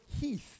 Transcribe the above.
Heath